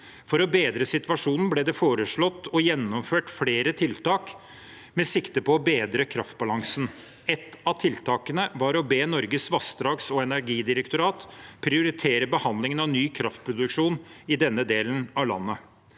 For å bedre situasjonen ble det foreslått og gjennomført flere tiltak med sikte på å bedre kraftbalansen. Ett av tiltakene var å be Norges vassdrags- og energidirektorat prioritere behandlingen av ny kraftproduksjon i denne delen av landet.